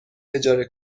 اجاره